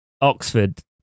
Oxford